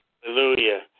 Hallelujah